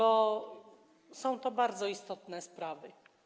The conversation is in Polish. To są bardzo istotne sprawy.